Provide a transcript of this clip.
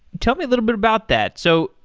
tell me little bit about that. so,